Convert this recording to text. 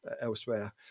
elsewhere